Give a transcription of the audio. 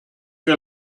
que